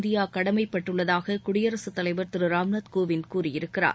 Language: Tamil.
இந்தியா கடமைப்பட்டுள்ளதாக குடியரசுத் தலைவர் திரு ராம்நாத் கோவிந்த் கூறியிருக்கிறார்